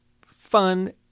fun